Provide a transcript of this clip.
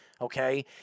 okay